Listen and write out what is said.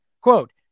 Quote